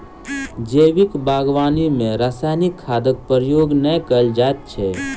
जैविक बागवानी मे रासायनिक खादक प्रयोग नै कयल जाइत छै